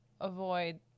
avoid